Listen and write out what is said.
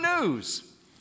news